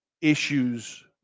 issues